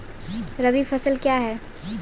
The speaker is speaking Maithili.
रबी फसल क्या हैं?